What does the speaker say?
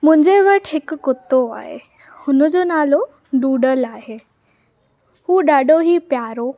मुंहिंजे वटि हिकु कुतो आहे हुन जो नालो डूडल आहे हू ॾाढो ई प्यारो